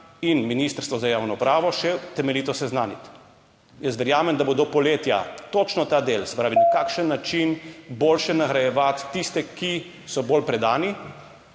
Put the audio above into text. in ministrstvo za javno upravo še temeljito seznaniti. Jaz verjamem, da bo do poletja točno ta del, se pravi, na kakšen način boljše nagrajevati tiste, ki so bolj predani,